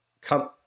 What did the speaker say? come